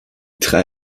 drei